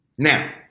Now